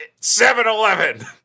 7-Eleven